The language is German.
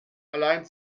allein